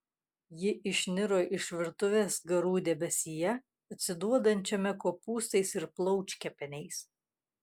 ji išniro iš virtuvės garų debesyje atsiduodančiame kopūstais ir plaučkepeniais